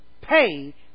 Pay